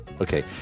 Okay